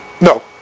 No